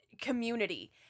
community